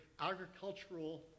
agricultural